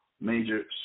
major